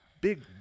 big